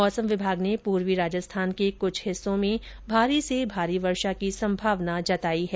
मौसम विभाग ने पूर्वी राजस्थान के कुछ हिस्सों में भारी से भारी वर्षा की संभावना जताई है